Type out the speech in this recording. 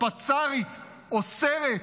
הפצ"רית אוסרת